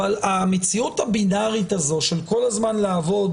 אבל המציאות הבינארית הזאת של כל הזמן לעבוד